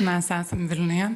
mes esam vilniuje